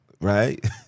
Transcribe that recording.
right